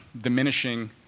diminishing